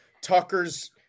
Tucker's